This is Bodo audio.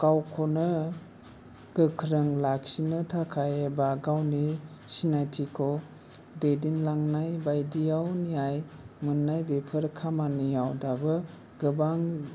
गावखौनो गोख्रों लाखिनो थाखाय एबा गावनि सिनायथिखौ दैदेनलांनाय बायदियाव नियाय मोननाय बेफोर खामानियाव दाबो गोबां